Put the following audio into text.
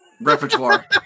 repertoire